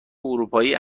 اروپایی